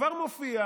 כבר מופיע.